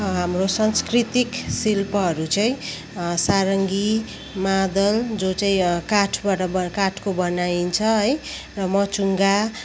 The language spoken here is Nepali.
हाम्रो सांस्कृतिक शिल्पहरू चाहिँ सारङ्गी मादल जो चाहिँ काठबाट काठको बनाइन्छ है र मचुङ्गा